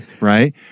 right